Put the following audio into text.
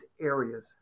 areas